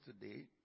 today